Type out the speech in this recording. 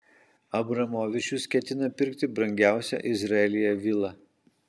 abramovičius ketina pirkti brangiausią izraelyje vilą